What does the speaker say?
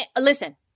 Listen